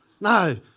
No